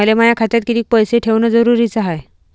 मले माया खात्यात कितीक पैसे ठेवण जरुरीच हाय?